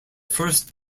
first